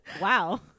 wow